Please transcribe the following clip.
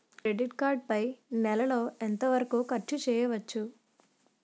Credit card పై నెల లో ఎంత వరకూ ఖర్చు చేయవచ్చు?